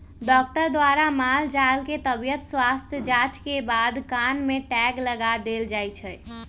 doctor द्वारा माल जाल के तबियत स्वस्थ जांच के बाद कान में टैग लगा देल जाय छै